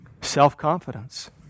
Self-confidence